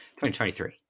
2023